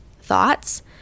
thoughts